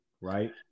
Right